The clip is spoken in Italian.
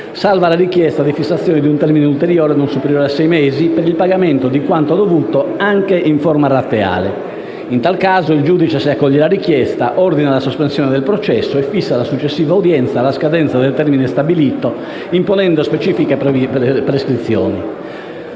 salva la richiesta di fissazione di un termine ulteriore, non superiore a sei mesi, per il pagamento di quanto dovuto, anche in forma rateale. In tal caso, il giudice, se accoglie la richiesta, ordina la sospensione del processo e fissa la successiva udienza alla scadenza del termine stabilito, imponendo specifiche prescrizioni.